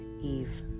Eve